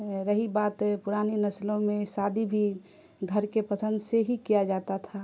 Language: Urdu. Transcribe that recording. رہی بات پرانی نسلوں میں شادی بھی گھر کے پسند سے ہی کیا جاتا تھا